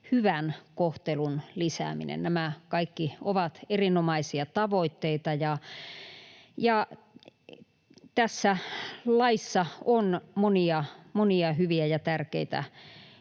hyvän kohtelun lisääminen. Nämä kaikki ovat erinomaisia tavoitteita, ja tässä laissa on monia, monia hyviä ja tärkeitä